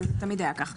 זה תמיד היה כך.